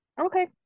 Okay